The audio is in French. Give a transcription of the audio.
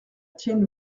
tienne